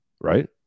right